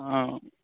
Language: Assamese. অঁ